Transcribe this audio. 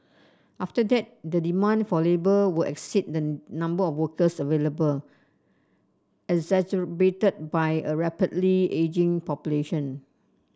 after that the demand for labour will exceed the number of workers available exacerbated by a rapidly ageing population